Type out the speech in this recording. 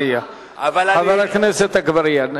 חבר הכנסת עפו אגבאריה,